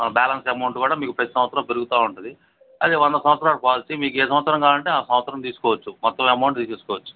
balance amount కూడా మీకు ప్రతి సంవత్సరం పెరుగుతూ ఉంటుంది అది వంద సంవత్సరాల పాలసీ మీకు ఏ సంవత్సరం కావాలంటే ఆ సంవత్సరం తీసుకోవచ్చు మొత్తం అమౌంట్ తీసేసుకోవచ్చు